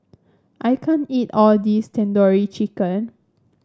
I can't eat all this Tandoori Chicken